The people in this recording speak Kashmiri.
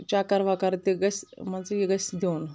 چکر وکر تہِ گژھِ مان ژٕ یہِ گژھہِ دیُن